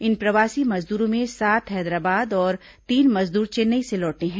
इन प्रवासी मजदूरों में सात हैदराबाद और तीन मजदूर चेन्नई से लौटे हैं